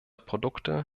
produkte